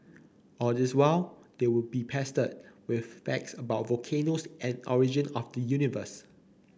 all this while they would be pestered with facts about volcanoes and origin of the universe